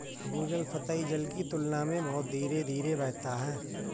भूजल सतही जल की तुलना में बहुत धीरे धीरे बहता है